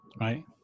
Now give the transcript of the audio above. right